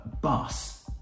bus